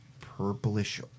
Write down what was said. purplish